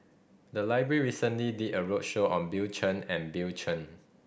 the library recently did a roadshow on Bill Chen and Bill Chen